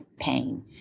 pain